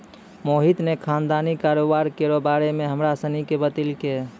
मोहित ने खानदानी कारोबार केरो बारे मे हमरा सनी के बतैलकै